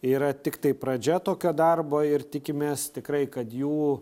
yra tiktai pradžia tokio darbo ir tikimės tikrai kad jų